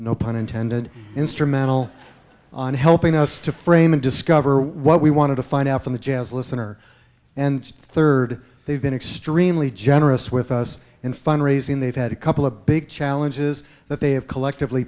no pun intended instrumental on helping us to frame and discover what we wanted to find out from the jazz listener and third they've been extremely generous with us in fund raising they've had a couple of big challenges that they have collectively